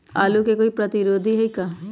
आलू के कोई प्रतिरोधी है का?